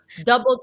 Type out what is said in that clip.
Double